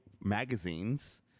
magazines